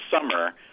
summer